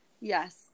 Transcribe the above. Yes